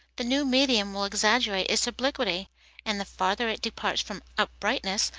the new medium will exaggerate its obliquity and the farther it departs from uprightness,